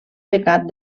pecat